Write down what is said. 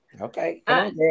Okay